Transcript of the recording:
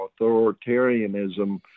authoritarianism